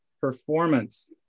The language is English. Performance